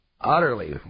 utterly